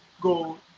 go